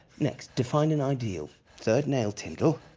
next, define an ideal. third nail, tindall.